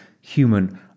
human